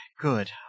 Good